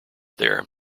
there